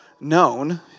known